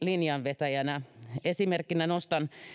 linjanvetoon vaikeissa yhteiskunnallisissa asioissa esimerkkinä nostan